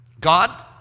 God